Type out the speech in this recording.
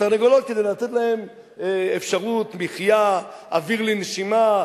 כדי לתת להן אפשרות מחיה, אוויר לנשימה,